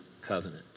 covenant